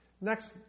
Next